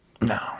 No